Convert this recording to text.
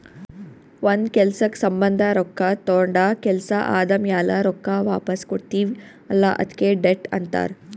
ಒಂದ್ ಕೆಲ್ಸಕ್ ಸಂಭಂದ ರೊಕ್ಕಾ ತೊಂಡ ಕೆಲ್ಸಾ ಆದಮ್ಯಾಲ ರೊಕ್ಕಾ ವಾಪಸ್ ಕೊಡ್ತೀವ್ ಅಲ್ಲಾ ಅದ್ಕೆ ಡೆಟ್ ಅಂತಾರ್